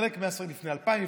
חלק מהספרים לפני 2,000,